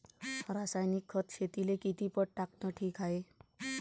रासायनिक खत शेतीले किती पट टाकनं ठीक हाये?